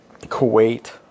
Kuwait